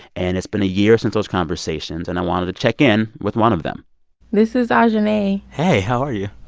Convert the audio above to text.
and it's been a year since those conversations, and i wanted to check in with one of them this is ah ajahnay hey. how are you?